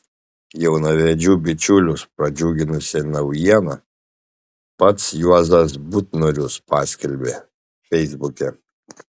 jaunavedžių bičiulius pradžiuginusią naujieną pats juozas butnorius paskelbė feisbuke